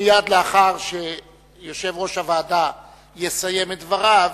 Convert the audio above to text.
מייד לאחר שיושב-ראש הוועדה יסיים את דבריו,